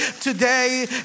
today